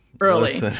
early